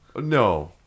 No